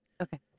Okay